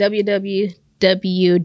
www